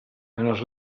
els